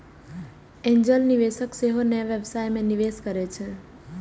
angel निवेशक सेहो नया व्यवसाय मे निवेश करै छै